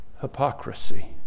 hypocrisy